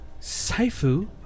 Saifu